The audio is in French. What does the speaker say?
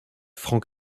frank